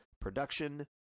production